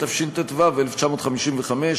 התשט"ו 1955,